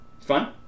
Fun